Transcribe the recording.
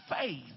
faith